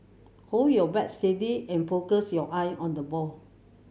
hold your bat steady and focus your eye on the ball